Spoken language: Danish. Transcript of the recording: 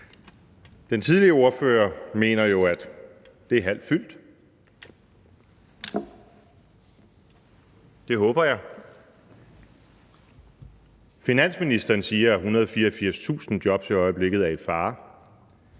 Den tidligere ordfører mener jo, at det er halvt fyldt. Det håber jeg. Finansministeren siger, at 184.000 jobs i øjeblikket er i fare,